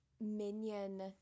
minion